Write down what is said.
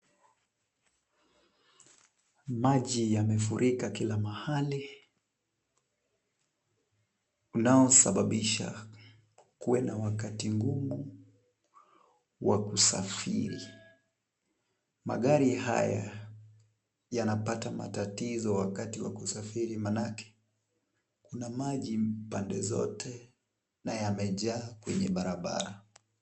Maji yamefurika kila mahali, unaosababisha kuwe na wakati mgumu wa kusafiri. Magari haya yanapata matatizo wakati wa kusafiri maanake kuna maji pande zote na yamejaa kwenye barabara.